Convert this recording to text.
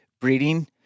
breeding